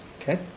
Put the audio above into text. Okay